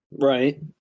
Right